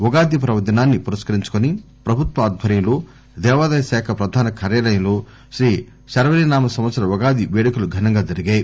ఉగాది పర్వదినాన్ని పురస్కరించుకొని ప్రభుత్వ ఆధ్వర్యంలో దేవాదాయశాఖ ప్రధాన కార్యాలయంలో శ్రీ శర్వారి నామ సంవత్సర ఉగాది పేడుకలు ఘనంగా జరిగాయి